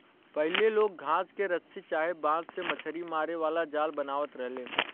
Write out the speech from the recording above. पहिले लोग घास के रसरी चाहे बांस से मछरी मारे वाला जाल बनावत रहले